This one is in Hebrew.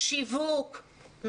שיווק,